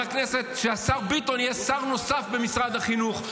שהשר ביטון יהיה שר נוסף במשרד החינוך.